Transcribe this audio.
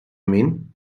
mean